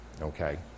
Okay